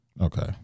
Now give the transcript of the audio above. Okay